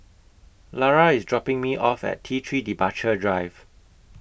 Lara IS dropping Me off At T three Departure Drive